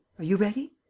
are you ready?